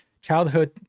Childhood